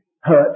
hurt